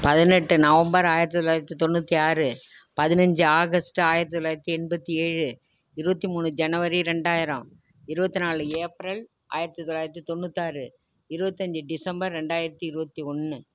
பதினெட்டு நவம்பர் ஆயிரத்தி தொள்ளாயிரத்தி தொண்ணூற்றி ஆறு பதினஞ்சு ஆகஸ்ட் ஆயிரத்தி தொள்ளாயிரத்தி எண்பத்தி ஏழு இருபத்தி மூணு ஜனவரி ரெண்டாயிரம் இருபத்தி நாலு ஏப்ரல் ஆயிரத்தி தொள்ளாயிரத்தி தொண்ணூற்றாறு இருபத்தஞ்சி டிசம்பர் ரெண்டாயிரத்தி இருபத்தி ஒன்று